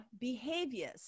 behaviors